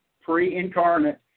pre-incarnate